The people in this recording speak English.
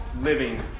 living